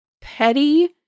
petty